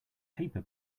paper